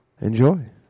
enjoy